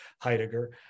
Heidegger